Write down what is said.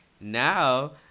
Now